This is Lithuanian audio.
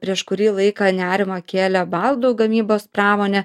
prieš kurį laiką nerimą kėlė baldų gamybos pramonė